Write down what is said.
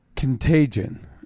Contagion